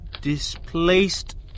Displaced